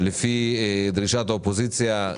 לפי דרישת האופוזיציה,